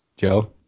Joe